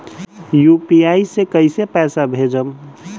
UPI से कईसे पैसा भेजब?